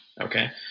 okay